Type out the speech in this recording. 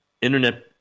Internet